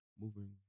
moving